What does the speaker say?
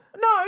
No